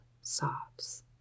sobs